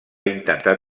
intentar